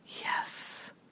Yes